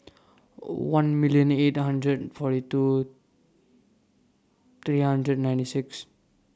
one million eight hundred and forty two three hundred ninety six